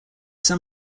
san